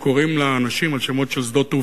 הם קוראים לאנשים על שמות של שדות-תעופה,